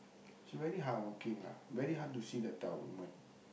she very hardworking lah very hard to see that type of woman